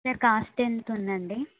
sir cost ఎంత ఉందండి